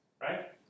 right